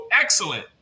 excellent